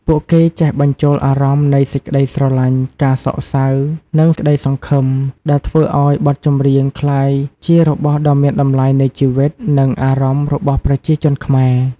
ពួកគេចេះបញ្ចូលអារម្មណ៍នៃ សេចក្ដីស្រលាញ់, ការសោកសៅ, និងក្ដីសង្ឃឹម ដែលធ្វើឲ្យបទចម្រៀងក្លាយជារបស់ដ៏មានតម្លៃនៃជីវិត និងអារម្មណ៍របស់ប្រជាជនខ្មែរ។